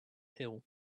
hill